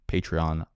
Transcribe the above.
Patreon